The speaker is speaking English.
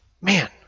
Man